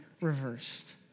reversed